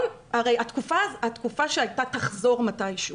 התקופה שהייתה, תחזור מתי הוא